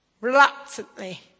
reluctantly